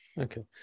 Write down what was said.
Okay